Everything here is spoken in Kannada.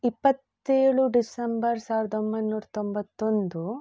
ಇಪ್ಪತ್ತೇಳು ಡಿಸೆಂಬರ್ ಸಾವಿರದ ಒಂಬೈನೂರ ತೊಂಬತ್ತೊಂದು